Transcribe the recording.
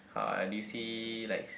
ha~ did you see likes